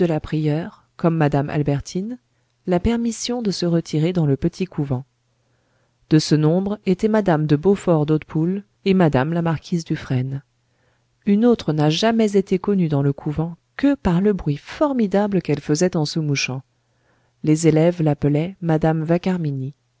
la prieure comme madame albertine la permission de se retirer dans le petit couvent de ce nombre étaient madame de beaufort d'hautpoul et madame la marquise dufresne une autre n'a jamais été connue dans le couvent que par le bruit formidable qu'elle faisait en se mouchant les élèves l'appelaient madame